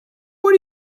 what